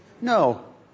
No